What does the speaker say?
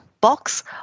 box